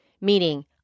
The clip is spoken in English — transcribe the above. Meaning